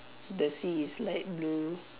the sea is light blue